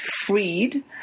freed